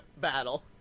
battle